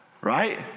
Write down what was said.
right